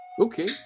Okay